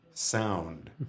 sound